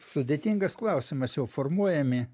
sudėtingas klausimas jau formuojami